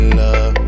love